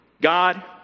God